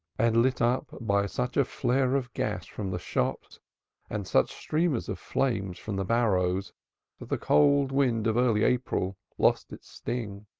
and lit up by such a flare of gas from the shops and such streamers of flame from the barrows that the cold wind of early april lost its sting.